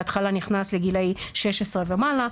בהתחלה נכנס לגילאי 16 ומעלה,